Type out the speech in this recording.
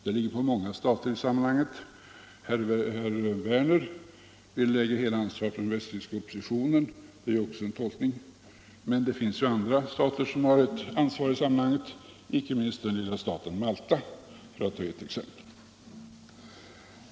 Det ligger på många stater i sammanhanget. Herr Werner i Tyresö vill lägga hela ansvaret på den västtyska oppositionen. Det är ju också en tolkning, men det finns andra stater som har ansvar i sammanhanget, inte minst den lilla staten Malta, för att ta ett exempel.